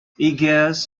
eagles